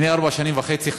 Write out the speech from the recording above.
לפני ארבע וחצי שנים,